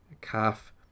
Calf